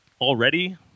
already